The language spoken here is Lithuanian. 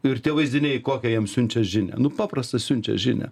ir tie vaizdiniai kokią jam siunčia žinią nu paprasta siunčia žinią